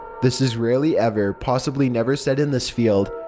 this is rarely ever, possibly never said in this field,